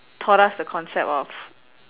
taught us the concept of